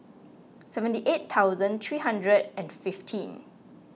seventy eight thousand three hundred and fifteen